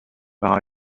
par